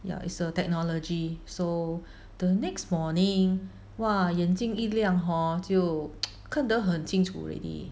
ya it's a technology so the next morning !wah! 眼睛一亮 hor 就看得很清楚 already